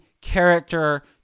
character